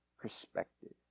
perspective